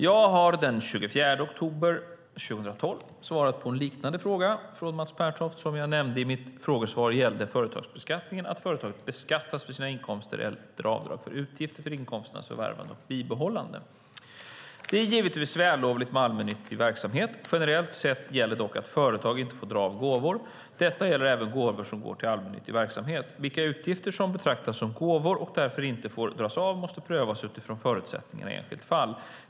Jag har den 24 oktober 2012 svarat på en liknande fråga från Mats Pertoft. Som jag nämnde i mitt frågesvar gäller vid företagsbeskattningen att företag beskattas för sina inkomster efter avdrag för utgifter för inkomsternas förvärvande och bibehållande. Det är givetvis vällovligt med allmännyttig verksamhet. Generellt sett gäller dock att företag inte får göra avdrag för gåvor. Detta gäller även gåvor som går till allmännyttig verksamhet. Vilka utgifter som betraktas som gåvor och därför inte får dras av måste prövas utifrån förutsättningarna i det enskilda fallet.